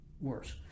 worse